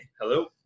Hello